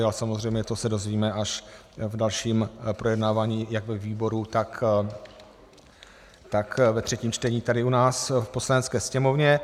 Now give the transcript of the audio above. A samozřejmě to se dozvíme až v dalším projednávání jak ve výboru, tak ve třetím čtení tady u nás v Poslanecké sněmovně.